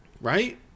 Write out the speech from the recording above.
right